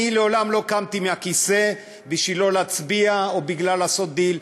אני לעולם לא קמתי מהכיסא בשביל לא להצביע או בשביל לעשות דיל.